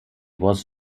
was